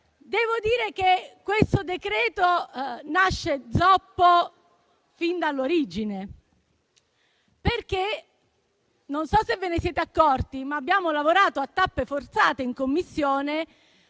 Devo dire che questo decreto nasce zoppo fin dall'origine, perché non so se vi siete accorti che abbiamo lavorato a tappe forzate in Commissione,